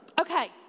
Okay